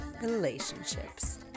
relationships